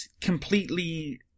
completely